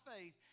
faith